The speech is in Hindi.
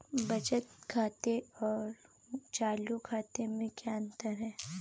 बचत खाते और चालू खाते में क्या अंतर है?